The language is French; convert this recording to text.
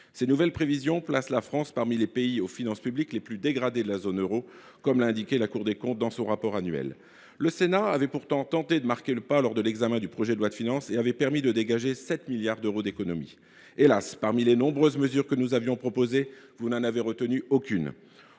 Ces nouvelles prévisions placent la France parmi les pays aux finances publiques les plus dégradées de la zone euro, comme l’a indiqué la Cour des comptes dans son rapport annuel. Le Sénat avait pourtant tenté de marquer le pas lors de l’examen du projet de loi de finances. Il avait ainsi permis de dégager 7 milliards d’euros d’économies. Hélas ! parmi les nombreuses mesures que nous avions proposées, vous n’en avez retenu aucune